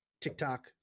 TikTok